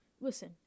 Listen